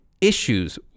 issues